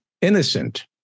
Innocent